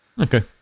Okay